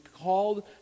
called